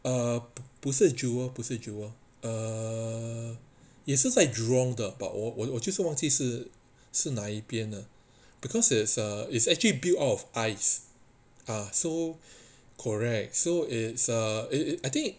哦不是 jewel 不是 jewel ugh 也是在 jurong 的 but 我我我就是忘记是是哪一边的 because it's actually built out of ice ah so correct so it's ugh eh I think